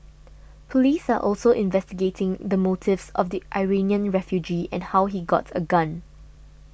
police are also investigating the motives of the Iranian refugee and how he got a gun